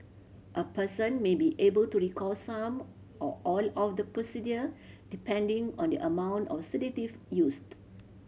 a person may be able to recall some or all of the procedure depending on the amount of sedative used